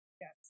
Yes